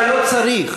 אתה לא צריך.